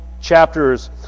chapters